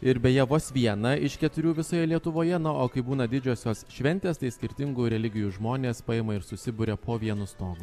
ir beje vos vieną iš keturių visoje lietuvoje nuo o kai būna didžiosios šventės tai skirtingų religijų žmonės paima ir susiburia po vienu stogu